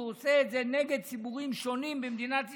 עושה את זה נגד ציבורים שונים במדינת ישראל,